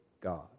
God